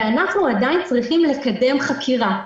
ואנחנו עדיין צריכים לקדם חקירה,